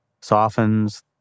softens